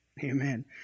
Amen